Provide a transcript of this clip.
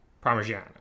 Parmesan